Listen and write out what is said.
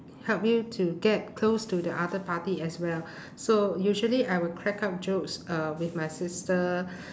help you to get close to the other party as well so usually I would crack up jokes uh with my sister